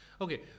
Okay